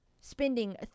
spending